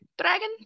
dragon